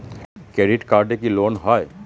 Credit কার্ডে কি loan হয়?